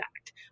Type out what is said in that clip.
Act